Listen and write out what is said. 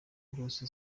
byose